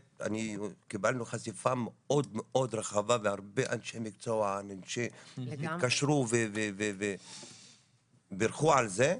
קיבלנו חשיפה מאוד מאוד רחבה והרבה אנשי מקצוע התקשרו וברכו על זה.